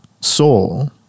soul